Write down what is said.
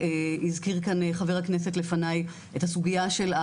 הזכיר כאן חה"כ לפניי את הסוגיה.